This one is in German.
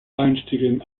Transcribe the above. einstigen